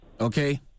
okay